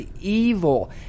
evil